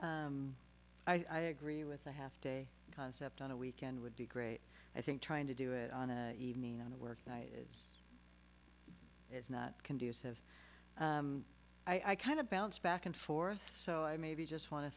president i agree with a half day concept on a weekend would be great i think trying to do it on a evening on a work night is is not conducive i kind of bounce back and forth so i maybe just want to